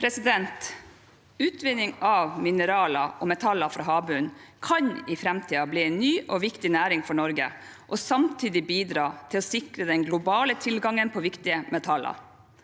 leder): Utvinning av mineraler og metaller fra havbunnen kan i framtiden bli en ny og viktig næring for Norge og samtidig bidra til å sikre den globale tilgangen på viktige metaller.